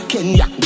Kenya